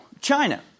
China